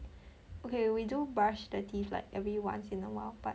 okay we do brush the teeth like every once in awhile but